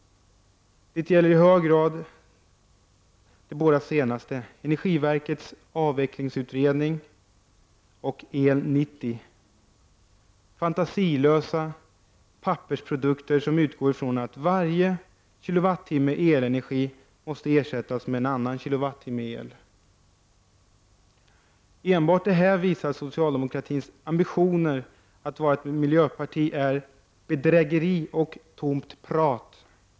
Det gäller i hög grad de båda senaste, Energiverkets avvecklingsutredning och El 90, som är fantasilösa pappersprodukter som utgår ifrån att varje kWh elenergi måste ersättas med en annan kWh el. Enbart detta visar att socialdemokratins ambitioner att vara ett miljöparti är bedrägeri och tomt prat.